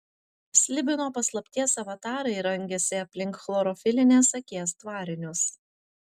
slibino paslapties avatarai rangėsi aplink chlorofilinės akies tvarinius